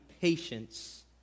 patience